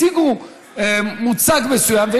הציגו מוצג מסוים,